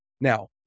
Now